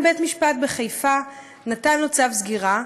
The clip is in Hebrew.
שגם בית-משפט בחיפה נתן לו צו סגירה.